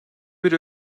bir